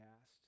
asked